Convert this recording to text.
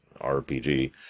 RPG